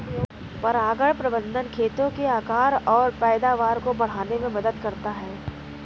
परागण प्रबंधन खेतों के आकार और पैदावार को बढ़ाने में मदद करता है